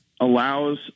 allows